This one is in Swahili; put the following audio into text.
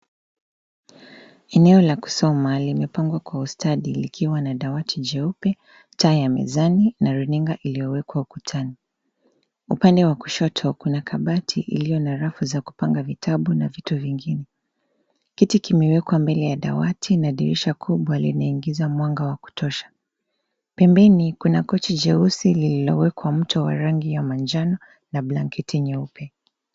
Eneo la kusoma limepangwa kwa ustadi likiwa na dawati jeupe, taa ya mezani na runinga iliyowekwa ukutani. Upande wa kushoto kuna kabati iliyo na rafu za kupanga vitabu na vitu vingine. Kiti kimewekwa mbele ya dawati na dirisha kubwa linaingiza mwanga wa kutosha. Pembeni kuna kochi jeusi lililowekwa mto wa manjano na blanketi nyeupe.